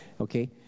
okay